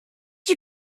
you